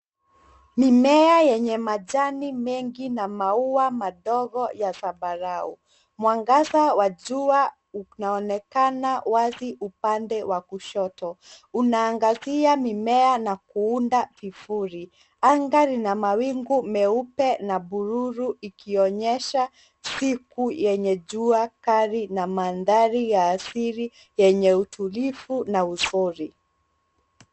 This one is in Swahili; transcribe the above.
Mimea yenye majani mengi na maua madogo ya zambarau. Mwangaza wa jua unaonekana wazi upande wa kushoto. Unaangazia mimea na kuunda vivuli. Anga lina mawingu meupe na buluu ikionyesha siku yenye jua kali na maandhari ya asili yenye utulivu na uzuri.